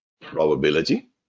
probability